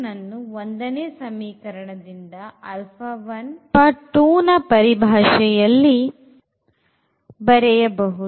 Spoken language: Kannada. ಅನ್ನು ಒಂದನೇ ಸಮೀಕರಣದಿಂದ alpha 1 alpha 2 ಪರಿಭಾಷೆಯಲ್ಲಿ ಬರೆಯಬಹುದು